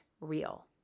real